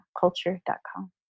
culture.com